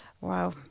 Wow